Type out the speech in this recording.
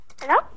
Hello